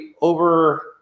over